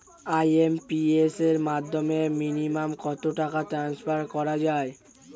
IMPS এর মাধ্যমে minimum কত টাকা ট্রান্সফার করা যায়?